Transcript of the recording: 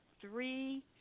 three